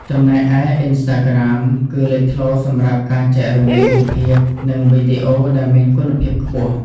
ចំណែកឯ អ៊ីនស្តាក្រាម គឺលេចធ្លោសម្រាប់ការចែករំលែករូបភាព និងវីដេអូដែលមានគុណភាពខ្ពស់។